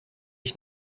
ich